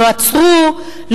לא עצרו,